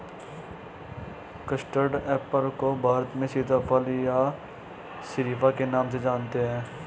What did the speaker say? custard apple को भारत में सीताफल या शरीफा के नाम से जानते हैं